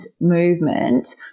movement